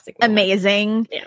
amazing